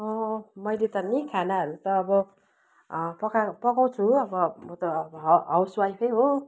मैले त नि खानाहरू त अब पका पकाउँछु अब म त अब हा हाउसवाइफै हो